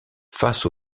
face